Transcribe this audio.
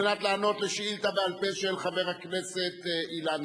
לענות על שאילתא בעל-פה של חבר הכנסת אילן